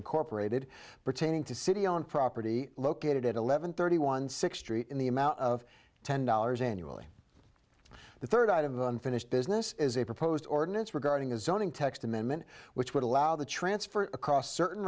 incorporated pertaining to city on property located at eleven thirty one six treat in the amount of ten dollars annually the third out of unfinished business is a proposed ordinance regarding his zoning text amendment which would allow the transfer across certain